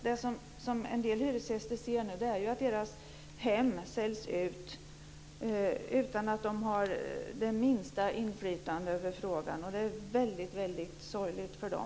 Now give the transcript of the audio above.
Det som en del hyresgäster ser nu är att deras hem säljs ut utan att de har det minsta inflytande över frågan. Det är väldigt sorgligt för dem.